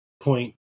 point